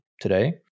today